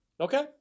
Okay